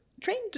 trained